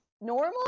normal